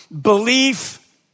Belief